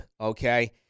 okay